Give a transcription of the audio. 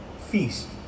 feast